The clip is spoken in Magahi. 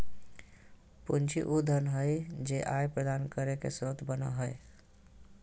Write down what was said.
पूंजी उ धन हइ जे आय प्रदान करे के स्रोत बनो हइ